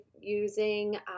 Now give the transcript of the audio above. using